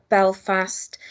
Belfast